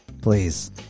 Please